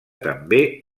també